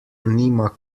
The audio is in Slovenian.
nima